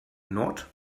nord